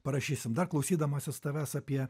parašysim dar klausydamasis tavęs apie